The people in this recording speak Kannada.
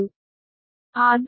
5